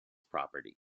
property